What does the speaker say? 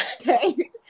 Okay